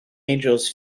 angels